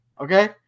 Okay